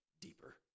deeper